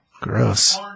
Gross